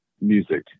Music